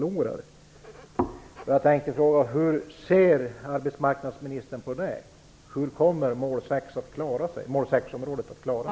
Om vi skall ta de pengarna där kommer mål 6 att bli förloraren.